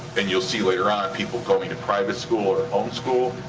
and you'll see later on, people going to private school or homeschool,